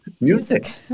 music